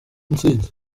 ntsinzi